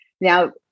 Now